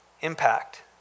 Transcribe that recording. impact